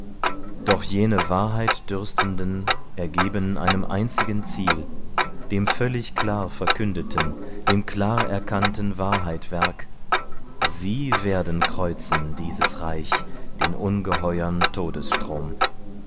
doch jene wahrheitdürstenden ergeben einem einzigen ziel dem völlig klar verkündeten dem klar erkannten wahrheitwerk sie werden kreuzen dieses reich den ungeheuern